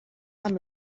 amb